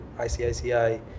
ICICI